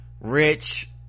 rich